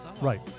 right